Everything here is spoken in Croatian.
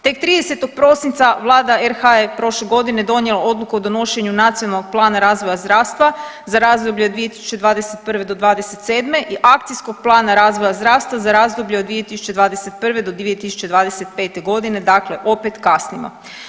Tek 30. prosinca Vlada RH je prošle godine donijela odluku o donošenju Nacionalnog plana razvoja zdravstva za razdoblje 2021. do '27. i Akcijskog plana razvoja zdravstva za razdoblje od 2021. do 2025.g., dakle opet kasnimo.